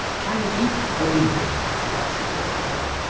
china tea or indian? she asked as jerton came up.